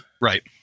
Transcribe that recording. right